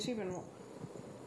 mm then